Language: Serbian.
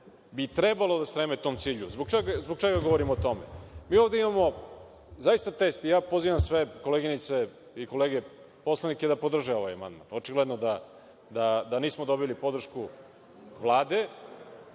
bi trebalo da streme tom cilju. Zbog čega govorim o tome? Mi ovde imamo zaista test i pozivam koleginice i kolege poslanike da podrže ovaj amandman, očigledno da nismo dobili podršku Vlade,